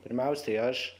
pirmiausiai aš